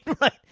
right